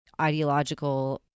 ideological